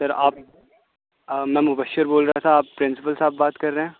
سر آپ میں مبشر بول رہا تھا آپ پرنسپل صاحب بات کر رہے ہیں